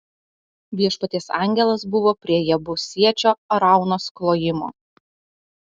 viešpaties angelas buvo prie jebusiečio araunos klojimo